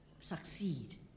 succeed